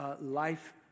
life